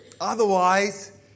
Otherwise